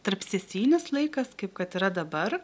tarpsesijinis laikas kaip kad yra dabar